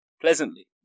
Pleasantly